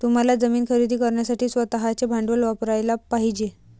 तुम्हाला जमीन खरेदी करण्यासाठी स्वतःचे भांडवल वापरयाला पाहिजे